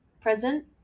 present